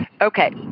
okay